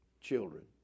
children